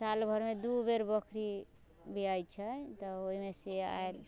सालभरिमे दू बेर बकरी बियाइ छै तऽ ओइमे सँ आयल